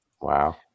wow